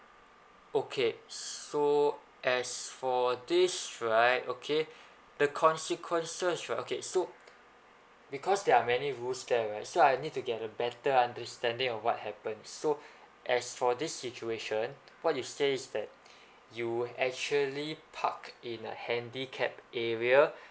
okay so as for this right okay the consequences uh okay so because there are many rules there right so I need to get a better understanding of what happened so as for this situation what you says that you actually parked in a handicap area